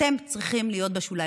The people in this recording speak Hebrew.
אתם צריכים להיות בשוליים.